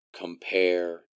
compare